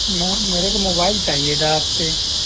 میں میرے کو موبائل چاہیے تھا آپ سے